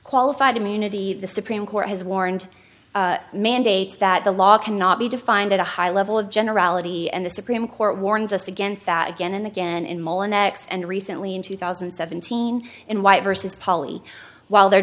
qualified immunity the supreme court has warned mandates that the law cannot be defined at a high level of generality and the supreme court warns us against that again and again in mullan that and recently in two thousand and seventeen in white versus poly while there